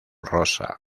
rosa